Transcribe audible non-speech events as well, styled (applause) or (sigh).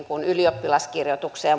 ylioppilaskirjoitukseen (unintelligible)